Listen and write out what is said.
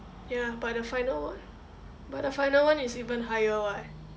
ya but the final one but the final one is even higher [what]